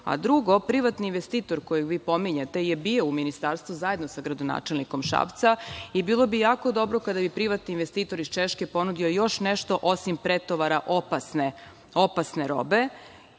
privatni investitor kojeg vi pominjete je bio u Ministarstvu, zajedno sa gradonačelnikom Šapca i bilo bi jako dobro kada bi privatni investitor iz Češke ponudio još nešto osim pretovara opasne robe.